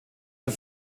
zur